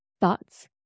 thoughts